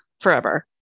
forever